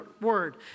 word